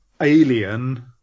alien